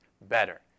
better